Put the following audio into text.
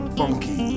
funky